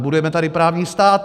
Budujeme tady právní stát.